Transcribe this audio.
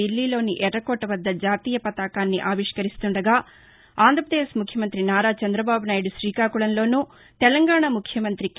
ధిల్లీలోని ఎర్రకోట వద్ద జాతీయ వతాకాన్ని ఆవిష్కరిస్తుండగా అంధ్రపదేశ్ ముఖ్యమంత్రి నారా చంద్రబాబునాయుడు శ్రీకాకుళంలోనూ తెలంగాణా ముఖ్యమంతి కె